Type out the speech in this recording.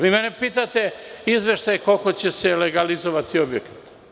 Vi mene pitate – izveštaj, koliko će se legalizovati objekata?